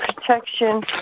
protection